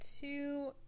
two